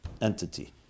entity